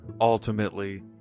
ultimately